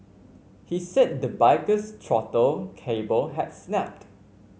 he said the biker's throttle cable had snapped